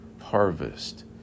harvest